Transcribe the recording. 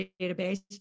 database